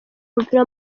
w’umupira